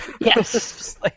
Yes